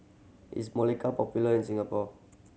is Molicare popular in Singapore